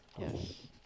Yes